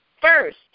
first